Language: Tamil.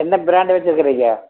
என்ன ப்ராண்டு வெச்சிருக்குறீங்க